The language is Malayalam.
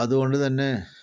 അതുകൊണ്ടുതന്നെ